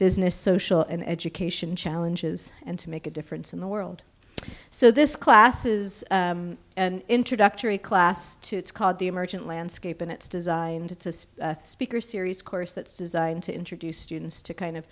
business social and education challenges and to make a difference in the world so this classes and introductory class two it's called the emergent landscape and it's designed to speaker series course that's designed to introduce students to kind of